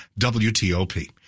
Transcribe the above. WTOP